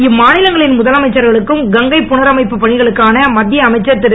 இம்மாநிலங்களின் முதலமைச்சர்களுக்கும் கங்கை புனரமைப்பு பணிகளுக்கான மத்திய அமைச்சர் இரு